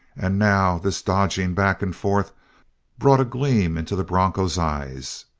and now this dodging back and forth brought a gleam into the bronco's eyes.